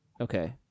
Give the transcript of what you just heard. Okay